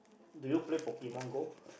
do you play Pokemon-Go